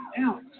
out